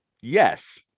yes